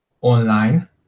online